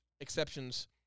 exceptions